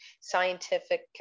scientific